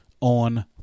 On